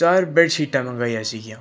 ਚਾਰ ਬੈੱਡ ਸ਼ੀਟਾਂ ਮੰਗਵਾਈਆਂ ਸੀਗੀਆਂ